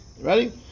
Ready